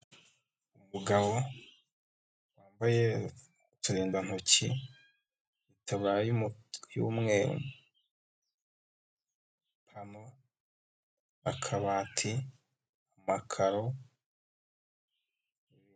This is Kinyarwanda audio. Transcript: Umugabo, wambaye uturindantoki, itaburiya y'umweru, harimo. akabati, amakaro.